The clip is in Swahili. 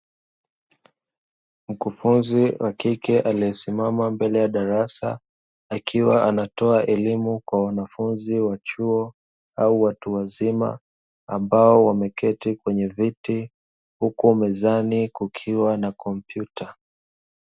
Mkufunzi wa kike aliyesimama mbele ya darasa, akiwa anatoa elimu Kwa wanafunzi wa chuo au watu wazima, ambao wameketi kwenye viti, huku mezani kukiwa na kompyuta.